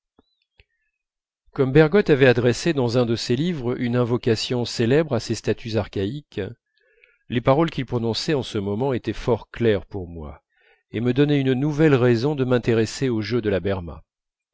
comme bergotte avait adressé dans un de ses livres une invocation célèbre à ces statues archaïques les paroles qu'il prononçait en ce moment étaient fort claires pour moi et me donnaient une nouvelle raison de m'intéresser au jeu de la berma